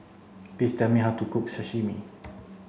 please tell me how to cook Sashimi